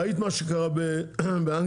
ראית מה שקרה באנגליה,